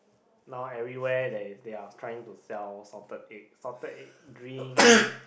now everywhere there is they are trying to sell salted egg salted egg drinks